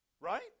Right